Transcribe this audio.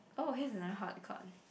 oh here's another hot